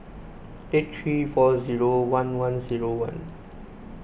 eight three four zero one one zero one